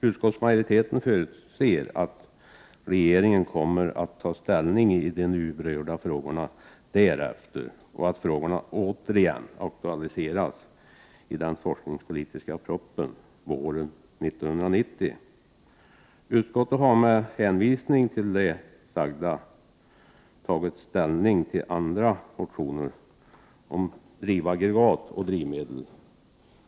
Utskottsmajoriteten förutser att regeringen därefter kommer att ta ställning i de nu berörda frågorna och att dessa på nytt aktualiseras i den forskningspolitiska propositionen våren 1990. Utskottet har med hänvisning till detta tagit ställning till andra motioner om drivaggregat och drivmedel.